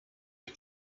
ich